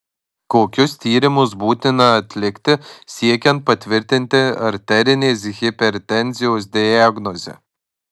kokius tyrimus būtina atlikti siekiant patvirtinti arterinės hipertenzijos diagnozę